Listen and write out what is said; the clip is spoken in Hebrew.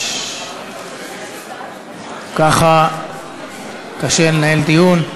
ככה קשה לנהל דיון.